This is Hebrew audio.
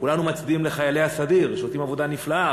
כולנו מצדיעים לחיילי הסדיר שעושים עבודה נפלאה,